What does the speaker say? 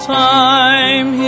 time